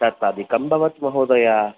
तत् अधिकं भवत् महोदय